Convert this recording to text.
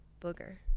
booger